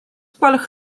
gwelwch